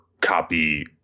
copy